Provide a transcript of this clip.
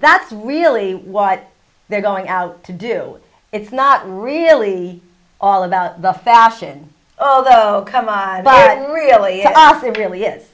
that's really what they're going out to do it's not really all about the fashion oh come on but really i think really is